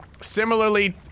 Similarly